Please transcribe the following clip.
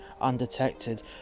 undetected